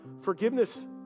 forgiveness